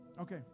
Okay